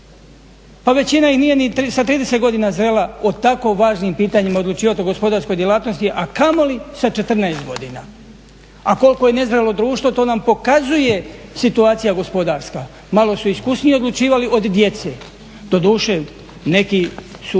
Pa većina ih nije ni sa 30 godina zrela o tako važnim pitanjima odlučivati o gospodarskoj djelatnosti a kamoli sa 14 godina. A koliko je nezrelo društvo to nam pokazuje situacija gospodarska. Malo su iskusniji odlučivali od djece. Doduše neki su odlučivali